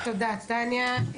תודה, טניה.